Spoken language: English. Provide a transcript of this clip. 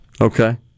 Okay